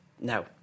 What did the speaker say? No